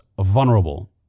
vulnerable